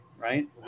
right